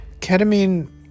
Ketamine